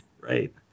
Right